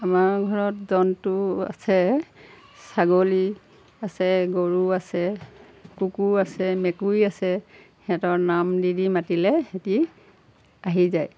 আমাৰ ঘৰত জন্তু আছে ছাগলী আছে গৰু আছে কুকুৰ আছে মেকুৰী আছে সিহঁতৰ নাম দি দি মাতিলে সিহঁতি আহি যায়